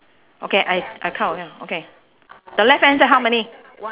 okay I I count again okay the left hand side how many